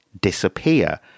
disappear